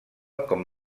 com